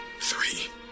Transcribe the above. three